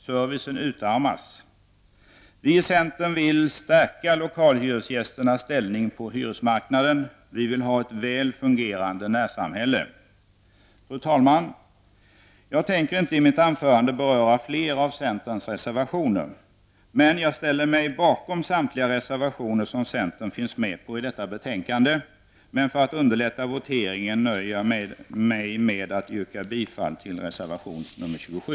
Servicen utarmas. Vi i centern vill stärka lokalhyresgästernas ställning på hyresmarknaden. Vi vill ha ett väl fungerande närsamhälle. Fru talman! Jag tänker i detta anförande inte beröra några fler av centerns reservationer. Jag ställer mig bakom samtliga reservationer som centern finns med på i detta betänkande, men för att underlätta voteringen nöjer jag mig med att yrka bifall till reservation nr 27.